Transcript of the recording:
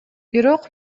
бирок